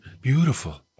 beautiful